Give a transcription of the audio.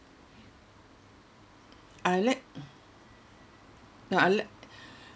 I like no I like